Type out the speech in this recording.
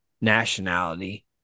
nationality